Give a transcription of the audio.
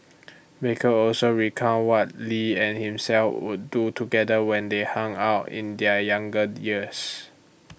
baker also recounted what lee and himself would do together when they hung out in their younger years